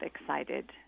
excited